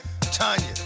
Tanya